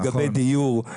לגבי דיור,